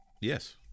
Yes